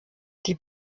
die